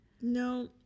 No